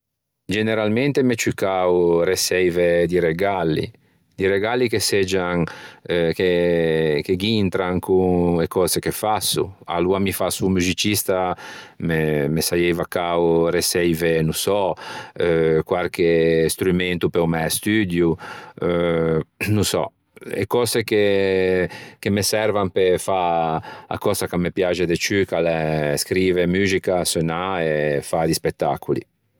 Generalmente m'é ciù cao reçeive di regalli. Di regalli che seggian che gh'intran con e cöse che fasso. Aloa mi fasso o muxicista me me saieiva cao reçeivo no sò eh quarche strumento pe-o mæ studio eh no sò e cöse che che me servan pe fâ a cösa ch'a me piaxe de ciù ch'a l'é scrive muxica, seunnâ e fâ di spettacoli.